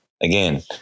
again